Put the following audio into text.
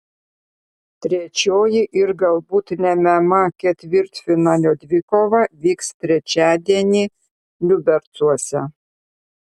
trečioji ir galbūt lemiama ketvirtfinalio dvikova vyks trečiadienį liubercuose